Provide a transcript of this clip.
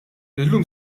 illum